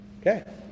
Okay